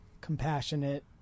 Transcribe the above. compassionate